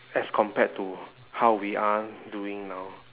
as compared to how we are doing now